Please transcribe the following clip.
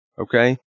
Okay